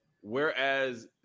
whereas